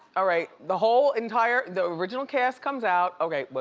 all right. the whole entire, the original cast comes out. okay, what,